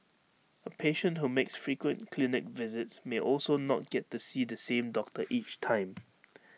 A patient who makes frequent clinic visits may also not get to see the same doctor each time